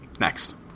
Next